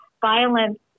violence